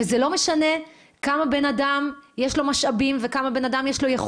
זה לא משנה כמה יש לאדם משאבים ויכולות.